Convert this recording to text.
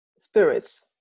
Spirits